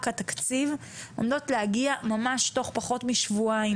התקציב עומדות להגיע ממש תוך פחות משבועיים